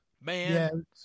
man